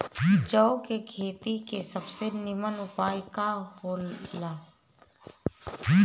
जौ के खेती के सबसे नीमन उपाय का हो ला?